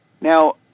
Now